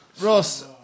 Ross